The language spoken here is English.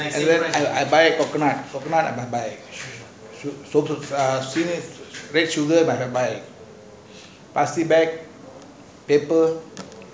I buy a coconut coconut like err err red sugar but I plastic bag paper